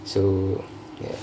so ya